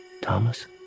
Thomas